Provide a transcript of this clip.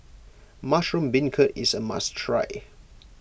Mushroom Beancurd is a must try